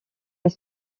les